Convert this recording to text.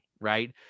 Right